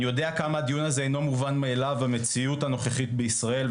אני יודע כמה הדיון הזה אינו מובן מאליו במציאות הנוכחית בישראל,